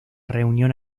reunión